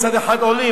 מצד אחד עולים,